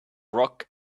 rock